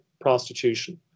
prostitution